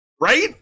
Right